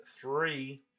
three